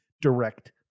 direct